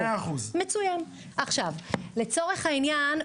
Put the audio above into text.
לצורך העניין,